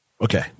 Okay